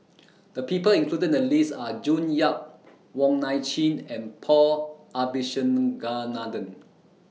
The People included in The list Are June Yap Wong Nai Chin and Paul Abisheganaden